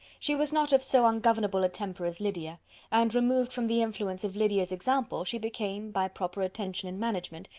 she was not of so ungovernable a temper as lydia and, removed from the influence of lydia's example, she became, by proper attention and management,